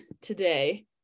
today